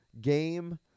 game